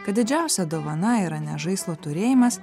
kad didžiausia dovana yra ne žaislo turėjimas